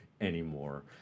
anymore